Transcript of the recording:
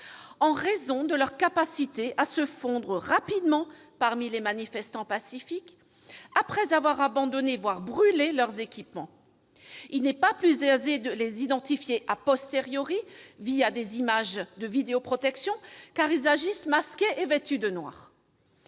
en raison de leur capacité à se mêler rapidement aux manifestants pacifiques, après avoir abandonné, voire brûlé, leurs équipements. Il n'est pas plus aisé de les identifier, au moyendes images de vidéoprotection, car ils agissent masqués et vêtus de noir.